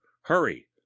hurry